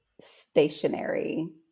stationary